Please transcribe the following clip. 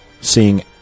seeing